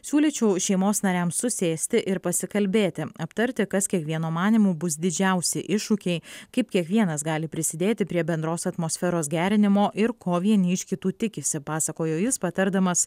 siūlyčiau šeimos nariams susėsti ir pasikalbėti aptarti kas kiekvieno manymu bus didžiausi iššūkiai kaip kiekvienas gali prisidėti prie bendros atmosferos gerinimo ir ko vieni iš kitų tikisi pasakojo jis patardamas